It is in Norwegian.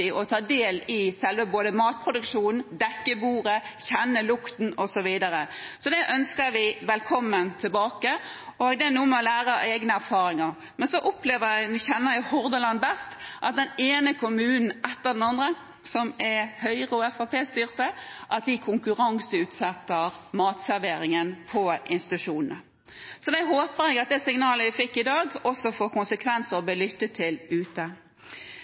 å ta del i selve matproduksjonen, dekke bordet, kjenne lukten osv. Det ønsker vi velkommen tilbake, og det er noe med det å lære av egne erfaringer. Jeg kjenner Hordaland best, og jeg opplever at den ene kommunen etter den andre, som er Høyre- og Fremskrittsparti-styrte, konkurranseutsetter matserveringen på institusjonene. Jeg håper at det signalet vi fikk i dag, også får konsekvenser og blir lyttet til ute.